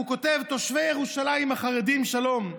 והוא כותב: "תושבי ירושלים החרדים שלום,